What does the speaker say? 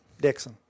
dixon